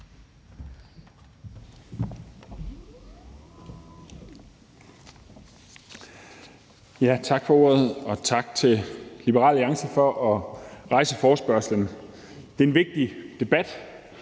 Tak for ordet. Og tak til Liberal Alliance for at rejse forespørgslen. Det er en vigtig debat.